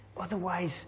Otherwise